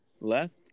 left